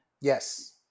yes